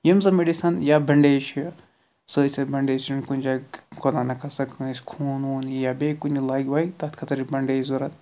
یِم زَن میٚڈِسَن یا بیٚنڈیج چھِ سُہ ٲسۍتن بیٚنڈیج کُنہِ جایہِ خۄدا نخواستہ کٲنٛسہِ خوٗن ووٗن یی یا بیٚیہِ کُنہِ لَگہِ وَگہِ تتھ خٲطرٕ چھ بیٚنڈیج ضوٚرتھ